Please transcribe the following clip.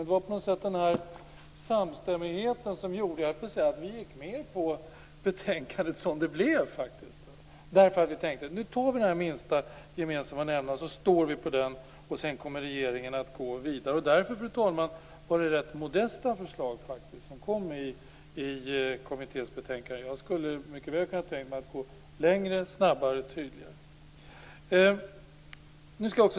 Det var faktiskt den här samstämmigheten som gjorde att vi gick med på betänkandet som det blev. Vi tänkte att vi tar den minsta gemensamma nämnaren och står på den, och sedan kommer regeringen att gå vidare. Därför, fru talman, var det rätt modesta förslag som kom i kommitténs betänkande. Jag skulle mycket väl ha kunnat tänka mig att gå längre och snabbare och vara tydligare.